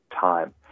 time